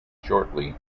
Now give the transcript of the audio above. shortly